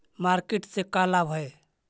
Market से का लाभ है?